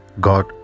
God